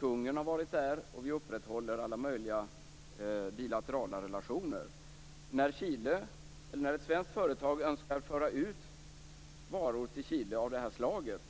Kungen har varit där och vi upprätthåller alla möjliga bilaterala relationer. När ett svenskt företag önskar föra ut varor av det här slaget